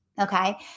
Okay